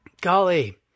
Golly